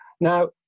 Now